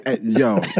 Yo